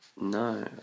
no